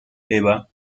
eva